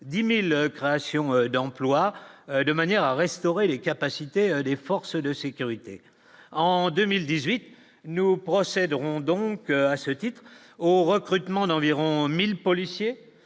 10000 créations d'emplois, de manière à restaurer les capacités des forces de sécurité en 2018, nous procéderons donc à ce titre-au recrutement d'environ 1000 policiers